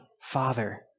Father